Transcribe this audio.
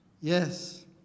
Yes